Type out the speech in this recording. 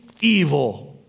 evil